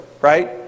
right